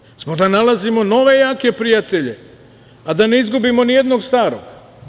Pokušali smo da nalazimo nove jake prijatelje, a da ne izgubimo nijednog starog.